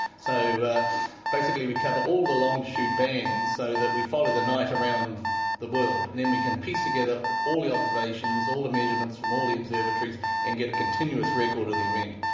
so basically we cover all the longitude bands so that we follow the night around the world, and then we can piece together all the observations, all the measurements from all the observatories and get a continuous record of the event.